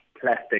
plastic